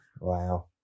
Wow